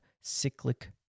cyclic